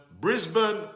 Brisbane